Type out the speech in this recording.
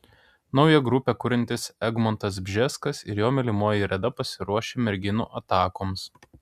naują grupę kuriantis egmontas bžeskas ir jo mylimoji reda pasiruošę merginų atakoms